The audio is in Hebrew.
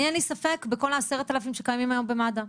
אני, אין לי ספק בכל ה-10 אלף שקיימים היום במד"א.